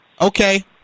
Okay